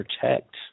protect